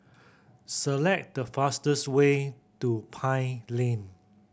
select the fastest way to Pine Lane